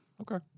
Okay